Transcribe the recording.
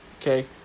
okay